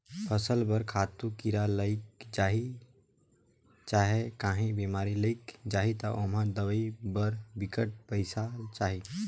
फसल बर खातू, कीरा लइग जाही चहे काहीं बेमारी लइग जाही ता ओम्हां दवई बर बिकट पइसा चाही